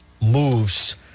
moves